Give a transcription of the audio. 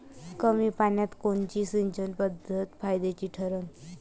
कमी पान्यात कोनची सिंचन पद्धत फायद्याची ठरन?